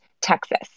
Texas